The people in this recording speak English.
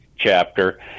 chapter